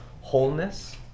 wholeness